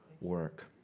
work